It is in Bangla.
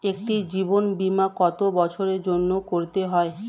একটি জীবন বীমা কত বছরের জন্য করতে হয়?